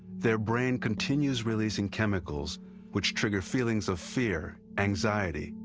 their brain continues releasing chemicals which trigger feelings of fear, anxiety,